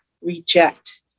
reject